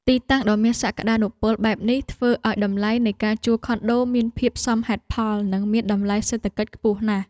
ទីតាំងដ៏មានសក្តានុពលបែបនេះធ្វើឱ្យតម្លៃនៃការជួលខុនដូមានភាពសមហេតុផលនិងមានតម្លៃសេដ្ឋកិច្ចខ្ពស់ណាស់។